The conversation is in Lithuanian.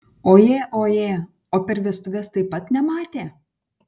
ojė ojė o per vestuves taip pat nematė